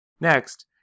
Next